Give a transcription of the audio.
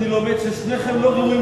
יש לכם 30,